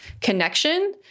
connection